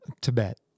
Tibet